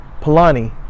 Polani